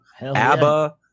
ABBA